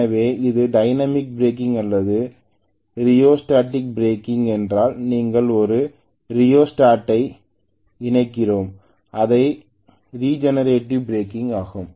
எனவே இது dynamic braking அல்லது ரியோஸ்டேடிக் பிரேக்கிங் ஏனென்றால் நாங்கள் ஒரு ரியோஸ்டாட்டை இணைக்கிறோம் அதேசமயம் இது ரிஜெனரேட்டிவ் பிரேக்கிங் ஆகும்